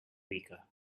weaker